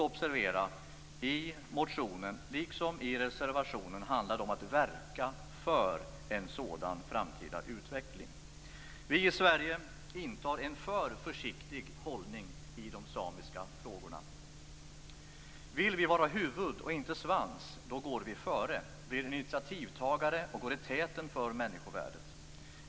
Observera att det i motionen liksom i reservationen handlar om att verka för en framtida utveckling där samernas ställning stärks. Vi i Sverige intar en för försiktig hållning i de samiska frågorna. Vill vi vara huvud och inte svans då går vi före, blir initiativtagare och går i täten för människovärdet.